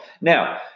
Now